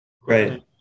Right